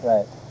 Right